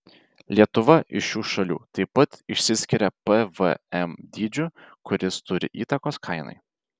lietuva iš šių šalių taip pat išsiskiria pvm dydžiu kuris turi įtakos kainai